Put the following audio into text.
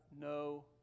no